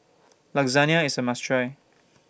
Lasagne IS A must Try